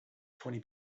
twenty